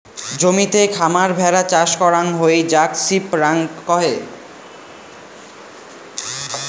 জমিতে খামার ভেড়া চাষ করাং হই যাক সিপ রাঞ্চ কহে